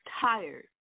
tired